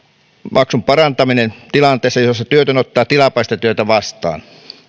maksun parantaminen tilanteessa jossa työtön ottaa tilapäistä työtä vastaan